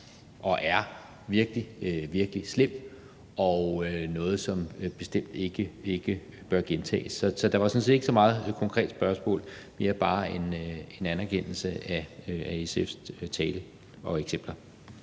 og er virkelig, virkelig slem og noget, som bestemt ikke bør gentages. Så jeg ville sådan set ikke stille et konkret spørgsmål, men det er mere bare en anerkendelse af SF's tale og eksempler.